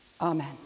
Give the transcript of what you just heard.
Amen